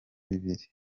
bibiri